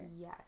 Yes